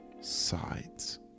sides